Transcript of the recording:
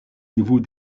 niveau